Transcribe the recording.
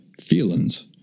feelings